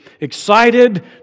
excited